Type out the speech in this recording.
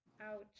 Ouch